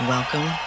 Welcome